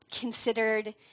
considered